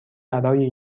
برای